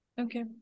Okay